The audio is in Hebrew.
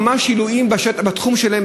ממש עילויים בתחום שלהם,